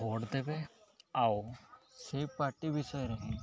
vote ଦେବେ ଆଉ ସେ ପାର୍ଟି ବିଷୟରେ ହିଁ